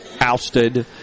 ousted